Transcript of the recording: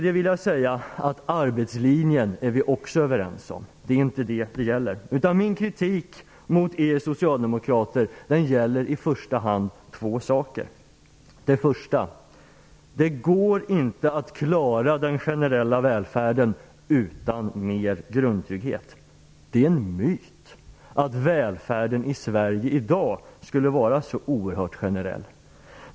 Jag vill också säga att vi är överens om arbetslinjen. Det är inte detta som det handlar om. Min kritik mot er socialdemokrater gäller i första hand två saker. Det går för det första inte att klara den generella välfärden utan mer grundtrygghet. Det är en myt att välfärden i Sverige i dag skulle vara så oerhört generell.